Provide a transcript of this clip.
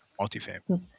multifamily